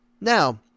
Now